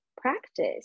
practice